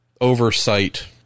oversight